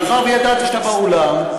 מאחר שידעתי שאתה באולם,